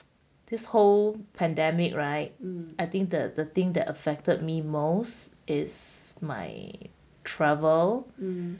this whole pandemic right I think the the thing that affected me most is my travel